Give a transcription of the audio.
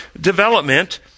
development